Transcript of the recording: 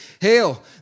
Hail